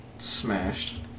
smashed